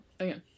Okay